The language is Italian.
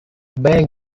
bang